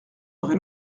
aurez